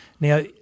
Now